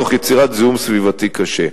תוך יצירת זיהום סביבתי קשה.